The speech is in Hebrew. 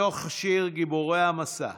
מתוך השיר "גיבורי המסע":